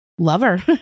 Lover